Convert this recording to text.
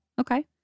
Okay